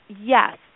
yes